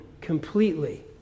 completely